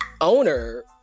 owner